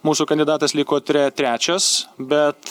mūsų kandidatas liko tre trečias bet